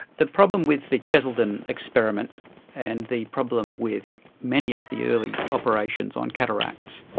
the problem with the cheseldon experiment and the problem with many of the early operations on cataracts,